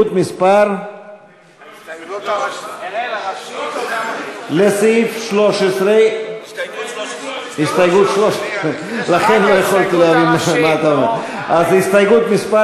13. אז על הסתייגות מס'